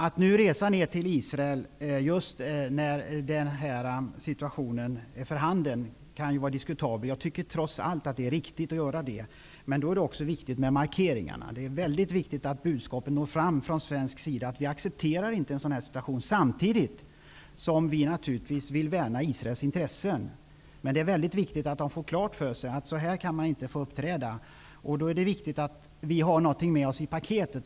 Att resa till Israel just när den uppkomna situationen är för handen kan vara diskutabelt. Men jag tycker trots allt att det är riktigt att göra det. Men då är också markeringarna viktiga. Det är mycket viktigt att budskapen går fram att vi från svensk sida inte accepterar en sådan här situation samtidigt som vi naturligtvis vill värna Israels intressen. Men det är mycket viktigt att de får klart för sig att de inte kan få uppträda på det här sättet. Det är därför viktigt att vi har någonting med oss i paketet.